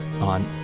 on